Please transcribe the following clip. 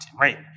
right